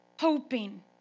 hoping